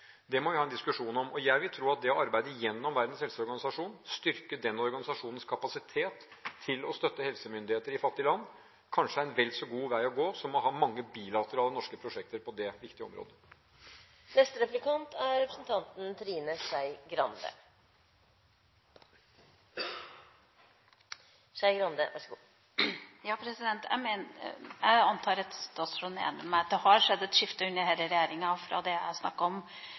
Det må vi ha en diskusjon om, og jeg vil tro at det å arbeide gjennom Verdens helseorganisasjon – styrke den organisasjonens kapasitet til å støtte helsemyndigheter i fattige land – kanskje er en vel så god vei å gå som å ha mange bilaterale norske prosjekter på det viktige området. Jeg antar at statsråden er enig med meg i at det har skjedd et skifte under denne regjeringa fra – som jeg snakket om – en horisontal satsing innenfor helseområdet til en mer vertikal satsing. Jeg